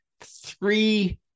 three